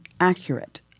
accurate